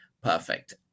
perfect